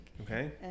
okay